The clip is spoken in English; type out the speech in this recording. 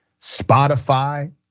Spotify